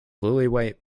lillywhite